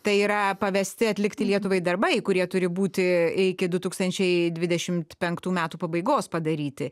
tai yra pavesti atlikti lietuvai darbai kurie turi būti iki du tūkstančiai dvidešimt penktų metų pabaigos padaryti